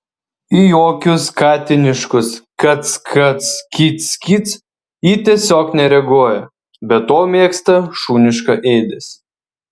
į jokius katiniškus kac kac kic kic ji tiesiog nereaguoja be to mėgsta šunišką ėdesį